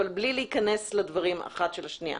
אבל בלי להיכנס לדברים אחד של השני.